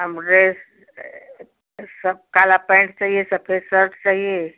हम ड्रेस सब काला पेंट चाहिए सफ़ेद सर्ट चाहिए